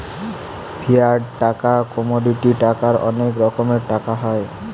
fiat টাকা, commodity টাকার অনেক রকমের টাকা হয়